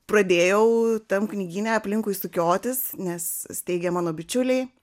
pradėjau tam knygyne aplinkui sukiotis nes steigė mano bičiuliai